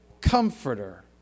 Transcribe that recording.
comforter